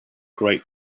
great